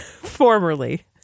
formerly